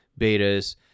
betas